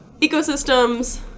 ecosystems